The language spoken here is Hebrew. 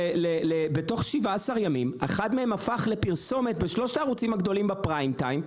בתוך 17 ימים אחד מהם הפך לפרסומת בשלושת הערוצים הגדולים בפריים טיים.